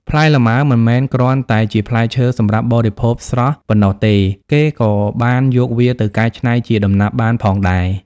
ផ្លែលម៉ើមិនមែនគ្រាន់តែជាផ្លែឈើសម្រាប់បរិភោគស្រស់ ប៉ុណ្ណោះទេ គេក៏បានយកវាទៅកៃច្នៃជាដំណាប់បានផងដែរ។